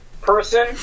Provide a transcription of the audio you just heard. person